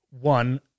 one